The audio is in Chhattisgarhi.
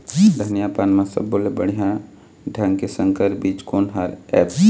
धनिया पान म सब्बो ले बढ़िया ढंग के संकर बीज कोन हर ऐप?